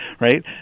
right